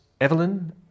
Evelyn